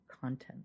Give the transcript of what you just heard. content